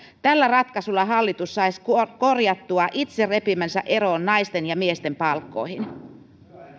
tällä ratkaisulla hallitus saisi korjattua itse repimänsä eron naisten ja miesten palkkoihin